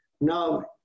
Now